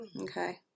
Okay